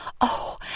Oh